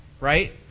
right